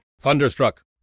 Thunderstruck